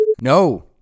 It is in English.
no